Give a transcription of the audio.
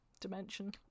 Dimension